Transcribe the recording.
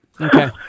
Okay